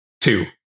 two